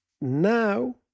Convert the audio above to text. Now